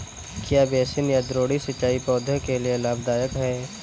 क्या बेसिन या द्रोणी सिंचाई पौधों के लिए लाभदायक है?